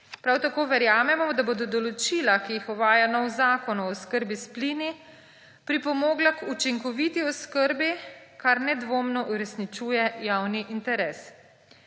Prav tako verjamemo, da bodo določila, ki jih uvaja novi zakon o oskrbi s plini, pripomogla k učinkoviti oskrbi, kar nedvomno uresničuje javni interes.